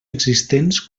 existents